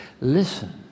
listen